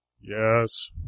Yes